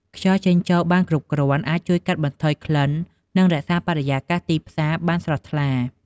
ខ្យល់ចេញចូលបានគ្រប់គ្រាន់អាចជួយកាត់បន្ថយក្លិន និងរក្សាបរិយាកាសទីផ្សារបានស្រស់ថ្លា។